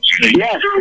Yes